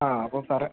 ആ അപ്പം സാറേ